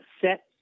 set